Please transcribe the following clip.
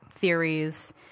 theories